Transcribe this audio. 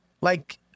like-